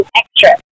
extra